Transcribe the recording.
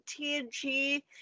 tng